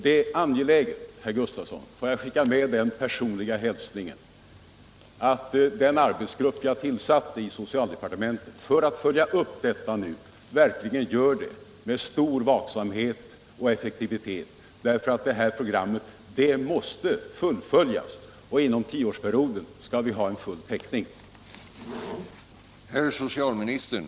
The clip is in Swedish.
Det är angeläget, herr Gustavsson — får jag skicka med den personliga hälsningen — att den arbetsgrupp som jag tillsatte i socialdepartementet för att följa upp detta också gör det med stor vaksamhet och effektivitet. Programmet måste nämligen fullföljas. Inom tioårsperioden skall vi ha full täckning.